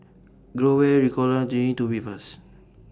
Growell Ricola G Tubifast